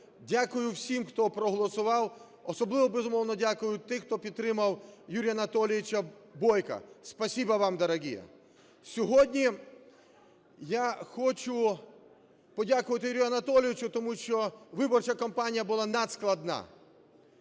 Дякую всім, хто проголосував, особливо, безумовно, дякую тим, хто підтримав Юрія Анатолійович Бойка. Спасибо вам, дорогие! Сьогодні я хочу подякувати Юрію Анатолійовичу, тому що виборча кампанія була надскладна.